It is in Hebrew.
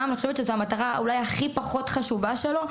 אני חושבת שזאת המטרה הכי פחות חשובה שלו,